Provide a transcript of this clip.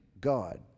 God